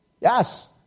Yes